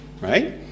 right